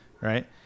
Right